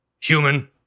human